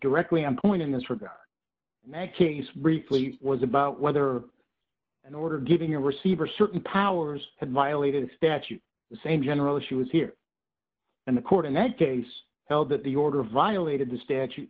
directly on point in this regard making us briefly was about whether an order giving a receiver certain powers had violated a statute the same general she was here and the court in that case held that the order violated the statu